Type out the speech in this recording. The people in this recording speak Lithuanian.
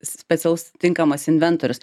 specialus tinkamas inventorius